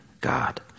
God